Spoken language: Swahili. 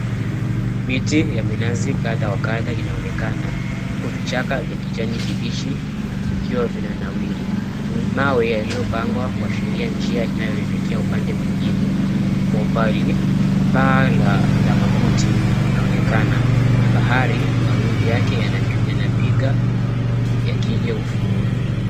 Miti ya minazi kadha wa kadha inaonekana, huku vichaka vya kijani kibichi vikiwa vinanawiri. Mawe yaliyopangwa yanaashiria njia inayoelekea upande mwingine. Kwa umbali, paa la makuti linaonekana, na bahari mawimbi yake yanapiga yakija ufuoni.